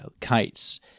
Kites